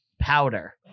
powder